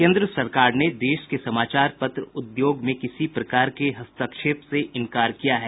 केन्द्र सरकार ने देश के समाचार पत्र उद्योग में किसी प्रकार के हस्तक्षेप से इंकार किया है